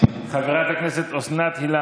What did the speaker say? חברת הכנסת אימאן ח'טיב יאסין, אינה נוכחת.